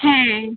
হ্যাঁ